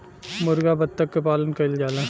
मुरगा बत्तख क पालन कइल जाला